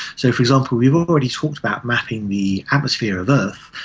so, for example, we've already talked about mapping the atmosphere of earth,